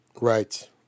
Right